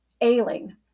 ailing